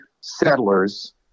settlers